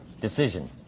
decision